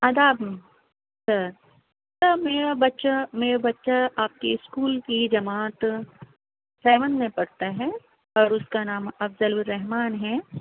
آداب sir sir میرا بچہ میرا بچہ آپ کے اسکول کی جماعت سیون میں پڑھتا ہے اور اُس کا نام افضل الرّحمن ہے